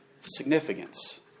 significance